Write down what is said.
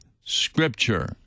scripture